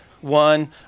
one